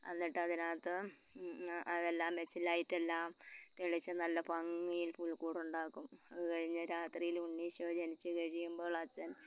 എന്നിട്ടതിനകത്ത് അതെല്ലാം വച്ച് ലൈറ്റെല്ലാം തെളിച്ച് നല്ല ഭംഗിയിൽ പുൽക്കൂടുണ്ടാക്കും അതുകഴിഞ്ഞു രാത്രിയിൽ ഉണ്ണീശോ ജനിച്ച് കഴിയുമ്പോൾ അച്ചൻ